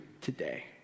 today